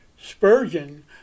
Spurgeon